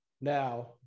Now